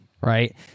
Right